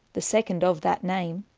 the second of that name,